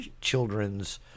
children's